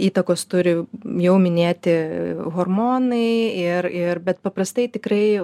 įtakos turi jau minėti hormonai ir ir bet paprastai tikrai